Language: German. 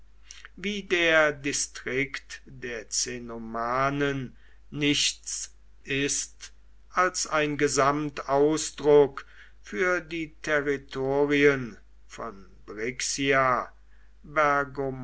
wie der distrikt der cenomanen nichts ist als ein gesamtausdruck für die territorien von